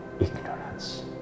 ignorance